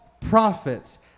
prophets